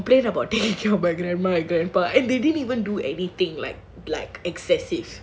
and then you complain about taking care of my grandma and grandpa and they didn't even do anything like like excessive